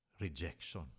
rejection